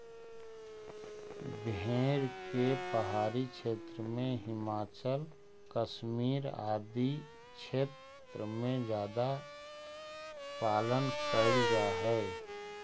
भेड़ के पहाड़ी क्षेत्र में, हिमाचल, कश्मीर आदि क्षेत्र में ज्यादा पालन कैल जा हइ